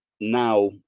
now